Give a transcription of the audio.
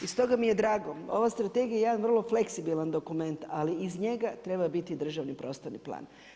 I stoga mi je drago, ova strategija je jedan vrlo fleksibilan dokument ali iz njega treba biti državni prostorni plan.